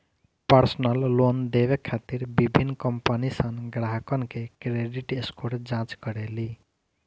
personal loan देवे खातिर विभिन्न कंपनीसन ग्राहकन के क्रेडिट स्कोर जांच करेली